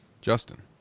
Justin